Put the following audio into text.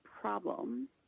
problem